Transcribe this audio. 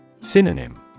Synonym